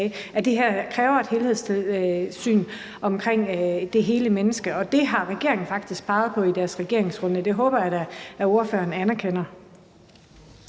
at det her kræver et helhedssyn omkring det hele menneske. Og det har regeringen faktisk peget på i sit regeringsgrundlag, og det håber jeg da at ordføreren anerkender.